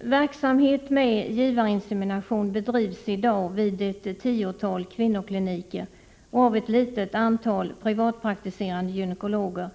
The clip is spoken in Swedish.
Verksamhet med givarinsemination bedrivs i dag vid ett tiotal kvinnokliniker och av ett litet antal privatpraktiserande gynekologer.